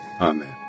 Amen